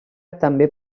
també